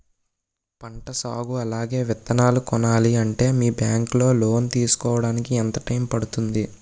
పంట సాగు అలాగే విత్తనాలు కొనాలి అంటే మీ బ్యాంక్ లో లోన్ తీసుకోడానికి ఎంత టైం పడుతుంది?